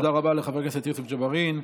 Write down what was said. תודה רבה לחבר הכנסת יוסף ג'בארין.